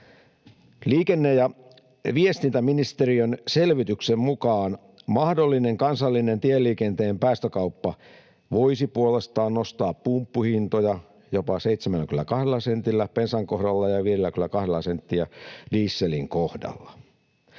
Liikenne‑ ja viestintäministeriön selvityksen mukaan mahdollinen kansallinen tieliikenteen päästökauppa voisi puolestaan nostaa pumppuhintoja jopa 72 sentillä bensan kohdalla ja 52 sentillä dieselin kohdalla.